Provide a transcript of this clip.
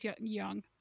young